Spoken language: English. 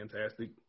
fantastic